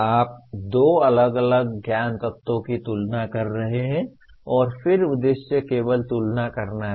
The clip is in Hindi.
आप दो अलग अलग ज्ञान तत्वों की तुलना कर रहे हैं और फिर उद्देश्य केवल तुलना करना हैं